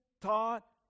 taught